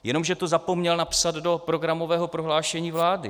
Jenomže to zapomněl napsat do programového prohlášení vlády.